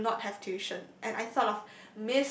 I do not have tuition and I sort of